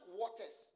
waters